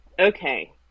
Okay